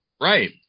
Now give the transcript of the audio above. Right